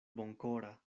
bonkora